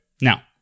Now